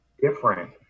different